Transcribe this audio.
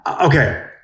Okay